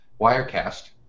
Wirecast